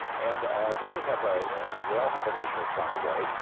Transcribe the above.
and then we have. ah they all have initials, by the way.